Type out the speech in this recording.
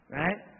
right